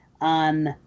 on –